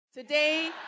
Today